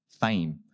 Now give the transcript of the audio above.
fame